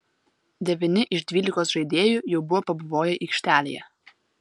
devyni iš dvylikos žaidėjų jau buvo pabuvoję aikštelėje